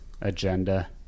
agenda